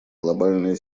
глобальная